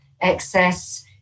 excess